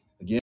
Again